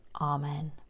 Amen